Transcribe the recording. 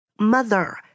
Mother